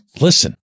listen